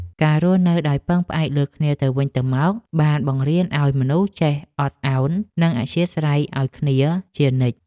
ការរស់នៅដោយពឹងផ្អែកលើគ្នាទៅវិញទៅមកបានបង្រៀនឱ្យមនុស្សចេះអត់ឱន និងអធ្យាស្រ័យឱ្យគ្នាជានិច្ច។